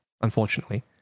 unfortunately